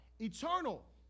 eternal